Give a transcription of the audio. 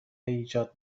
ایجاد